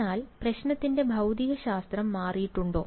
എന്നാൽ പ്രശ്നത്തിന്റെ ഭൌതികശാസ്ത്രം മാറിയിട്ടുണ്ടോ